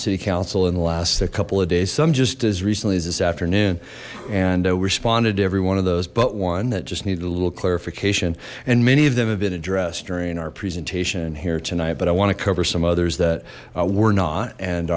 city council in the last a couple of days so i'm just as recently as this afternoon and responded to every one of those but one that just needed a little clarification and many of them have been addressed during our presentation here tonight but i want to cover some others that were not and